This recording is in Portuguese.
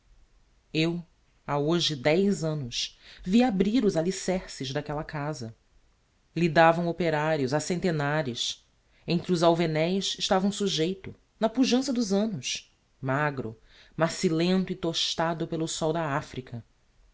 eu ha hoje dez annos vi abrir os alicerces d'aquella casa lidavam operarios a centenares entre os alveneis estava um sujeito na pujança dos annos magro macilento e tostado pelo sol da africa